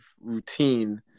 routine